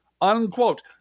Unquote